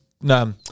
No